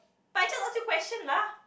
but I just ask you question lah